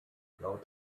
laut